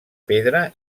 pedra